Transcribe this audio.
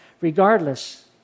regardless